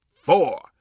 four